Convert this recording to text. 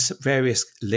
various